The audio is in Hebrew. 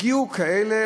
הגיעו סיפורים,